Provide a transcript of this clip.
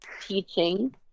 teaching